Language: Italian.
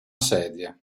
sedia